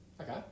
Okay